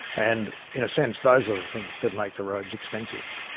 and in a sense, those are the things that make the robes expensive.